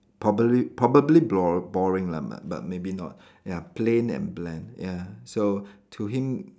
probaly~ probably blor~ boring lah but but maybe not ya plain and bland ya so to him